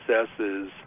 successes